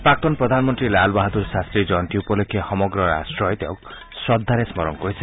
প্ৰাক্তন প্ৰধানমন্ত্ৰী লাল বাহাদুৰ শাস্ত্ৰীৰ জয়ন্তী উপলক্ষে সমগ্ৰ ৰাট্টই তেওঁক শ্ৰদ্ধাৰে স্মৰণ কৰিছে